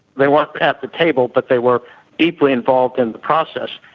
they weren't at the table but they were deeply involved in the process.